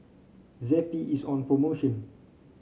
Zappy is on promotion